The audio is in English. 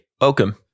Welcome